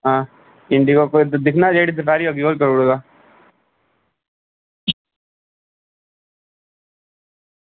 हां इंडिगो दिक्खना जेह्ड़ी दपैह्रीं होग ओह् करी ओड़गा